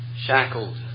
shackled